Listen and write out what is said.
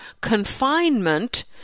confinement